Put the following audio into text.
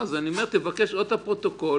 ולכן לפי דעתי לחוק הזה אין שום מטרה,